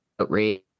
outrage